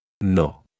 No